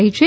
રહી છે